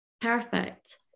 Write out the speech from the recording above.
perfect